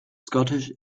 scottish